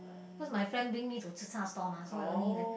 because my friend bring me to tze-char stall mah so only like